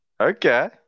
Okay